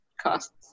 costs